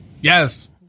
Yes